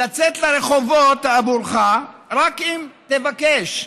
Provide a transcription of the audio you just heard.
לצאת לרחובות עבורך אם רק תבקש.